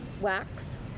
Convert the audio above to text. wax